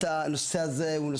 הנושא הזה הוא באמת